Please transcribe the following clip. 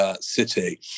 City